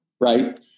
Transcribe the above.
Right